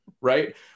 right